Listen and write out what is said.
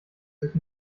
sich